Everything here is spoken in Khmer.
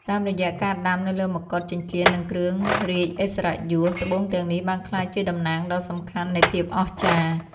តាមរយៈការដាំនៅលើមកុដ ចិញ្ចៀន និងគ្រឿងរាជឥស្សរិយយស ត្បូងទាំងនេះបានក្លាយជាតំណាងដ៏សំខាន់នៃភាពអស្ចារ្យ។